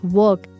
work